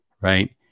right